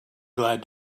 glad